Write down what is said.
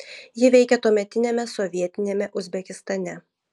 ji veikė tuometiniame sovietiniame uzbekistane